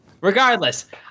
regardless